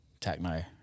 techno